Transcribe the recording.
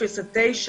ה-0 עד 9,